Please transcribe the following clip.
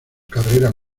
carrera